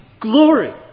Glory